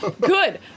Good